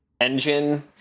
Engine